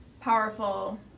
powerful